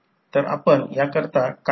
आणि हे load voltage V2 आहे